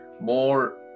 more